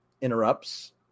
interrupts